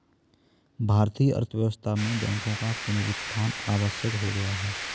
भारतीय अर्थव्यवस्था में बैंकों का पुनरुत्थान आवश्यक हो गया है